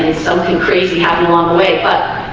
something crazy happen along the way but